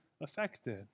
affected